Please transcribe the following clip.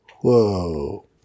Whoa